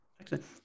Excellent